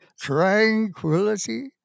tranquility